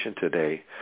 today